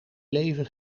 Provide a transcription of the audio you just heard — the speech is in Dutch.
leven